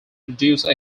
produce